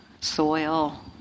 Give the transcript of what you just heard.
soil